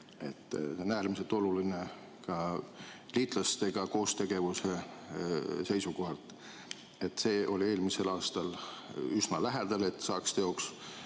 mis on äärmiselt oluline ka liitlastega koostegevuse seisukohalt. Eelmisel aastal oli üsna lähedal, et see saaks teoks,